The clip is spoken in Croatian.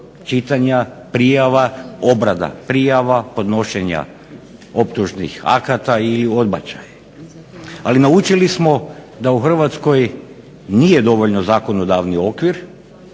čitanja, prijava, obrada prijava, podnošenja optužnih akata ili odbačaja, ali naučili smo da u Hrvatskoj nije dovoljno samo zakonodavni okvir